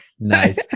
Nice